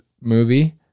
movie